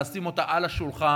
לשים אותה על השולחן.